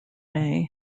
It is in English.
may